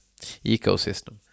ecosystem